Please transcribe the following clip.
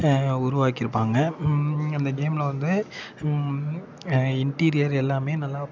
உருவாக்கியிருப்பாங்க அந்த கேமில் வந்து இன்டீரியர் எல்லாமே நல்லா